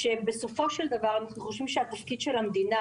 בסופו של דבר אנחנו חושבים שהתפקיד של המדינה